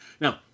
Now